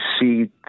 see